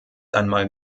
einmal